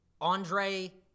Andre